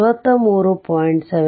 74 43